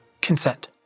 consent